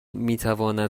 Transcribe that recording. میتواند